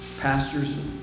pastors